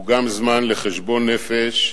הוא גם זמן לחשבון נפש,